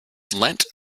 lent